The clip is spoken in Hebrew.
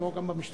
כמו גם במשטרה,